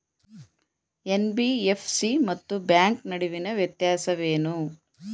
NBFC ಮತ್ತು bank ನಡುವಿನ ವ್ಯತ್ಯಾಸವೇನು?